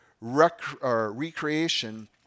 recreation